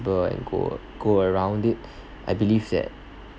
and go go around it I believe that